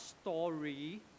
story